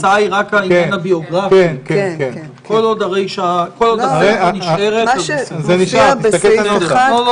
כל עוד הסייפה נשארת זה בסדר.